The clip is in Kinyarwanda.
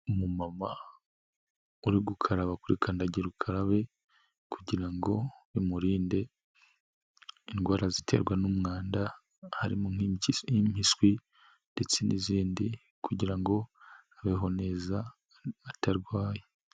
Umumama, uri gukaraba kuri kandagira ukarabe kugira ngo bimurinde, indwara ziterwa n'umwanda harimo nk'impyisi impiswi, ndetse n'izindi, kugira ngo abeho neza atarwaye.